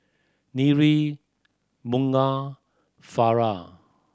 Bunga Farah